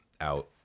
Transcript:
out